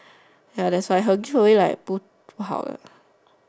ya that's why her give a away like 不不好的